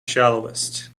shallowest